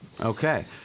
Okay